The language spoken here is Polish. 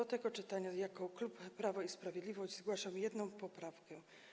W tym czytaniu jako klub Prawo i Sprawiedliwość zgłaszamy jedną poprawkę.